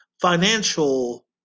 financial